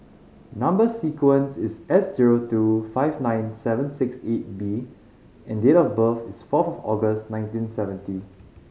number sequence is S zero two five nine seven six eight D and date of birth is four of August nineteen seventy